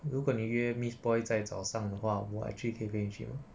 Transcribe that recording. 如果你约 miss poi 在早上的话我 actually 可以 make it